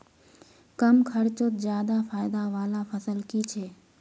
कम खर्चोत ज्यादा फायदा वाला फसल की छे?